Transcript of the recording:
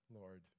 Lord